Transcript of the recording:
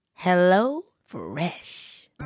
HelloFresh